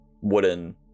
wooden